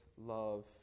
love